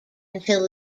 until